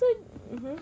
so mmhmm